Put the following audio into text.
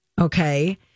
okay